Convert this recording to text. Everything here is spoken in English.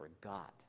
forgot